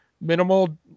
Minimal